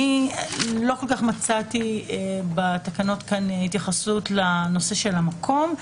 אני לא כל כך מצאתי בתקנות כאן התייחסות לנושא של המקום.